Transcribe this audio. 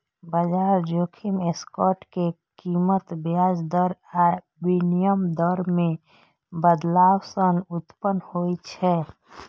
बाजार जोखिम स्टॉक के कीमत, ब्याज दर आ विनिमय दर मे बदलाव सं उत्पन्न होइ छै